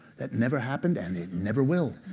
that never happened, and it never will.